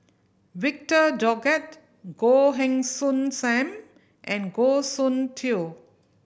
Victor Doggett Goh Heng Soon Sam and Goh Soon Tioe